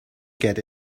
get